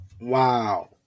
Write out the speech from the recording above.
Wow